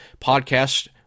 podcast